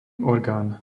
orgán